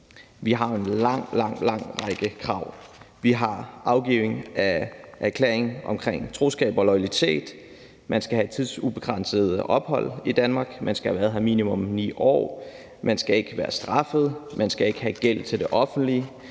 Vi har jo en lang, lang række krav. Vi har afgivelse af erklæring omkring troskab og loyalitet; man skal have tidsubegrænset ophold i Danmark; man skal have været her i minimum 9 år; man skal ikke være straffet; man skal ikke have gæld til det offentlige;